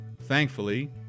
Thankfully